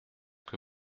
que